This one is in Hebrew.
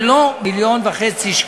ולא 1.5 מיליון ש"ח,